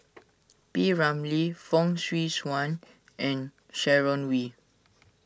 P Ramlee Fong Swee Suan and Sharon Wee